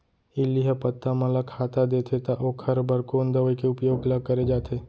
इल्ली ह पत्ता मन ला खाता देथे त ओखर बर कोन दवई के उपयोग ल करे जाथे?